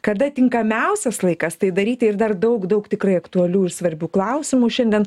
kada tinkamiausias laikas tai daryti ir dar daug daug tikrai aktualių ir svarbių klausimų šiandien